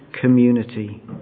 community